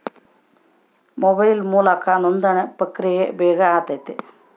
mobile ಮೂಲಕ ನೋಂದಣಿ ಪ್ರಕ್ರಿಯೆ ಬೇಗ ಆತತೆ